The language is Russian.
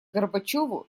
горбачёву